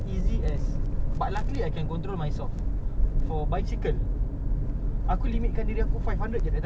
itu aku masih jaga-jaga diri aku [tau] bro aku kalau tak jaga let's say aku because I know for a fact yang basikal tu example eh